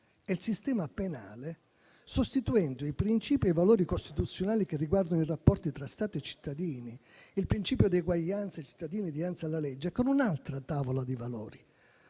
e il sistema penale, sostituendo i principi e i valori costituzionali che riguardano i rapporti tra Stato e cittadini, il principio di eguaglianza dei cittadini dinanzi alla legge, con un'altra tavola di valori,